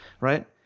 Right